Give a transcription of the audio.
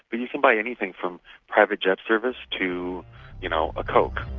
but you can buy anything from private jet service to you know a coke,